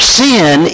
sin